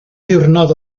ddiwrnod